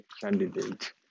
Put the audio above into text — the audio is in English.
candidate